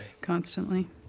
Constantly